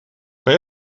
kan